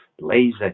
lazy